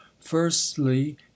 firstly